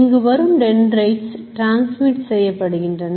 இங்கு வரும் dendrites transmit செய்யப்படுகின்றன